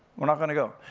we're not gonna go.